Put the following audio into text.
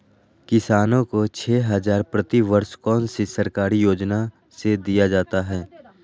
किसानों को छे हज़ार प्रति वर्ष कौन सी सरकारी योजना से दिया जाता है?